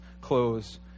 clothes